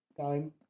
Time